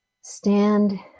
stand